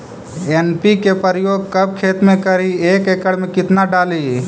NPK प्रयोग कब खेत मे करि एक एकड़ मे कितना डाली?